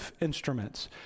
instruments